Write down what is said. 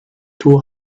two